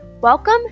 Welcome